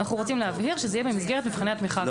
אנחנו רוצים להבהיר שזה יהיה במסגרת מבחני התמיכה ---.